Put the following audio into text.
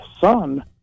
son